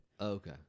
okay